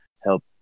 help